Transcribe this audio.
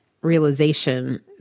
realization